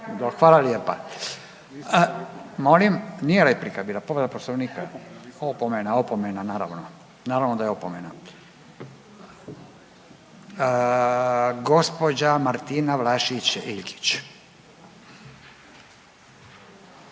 hvala lijepa. Molim, nije replika bila povreda Poslovnika, opomena, opomena naravno. Naravno da je opomena. Gospođa Martina Vlašić Iljkić.